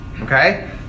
Okay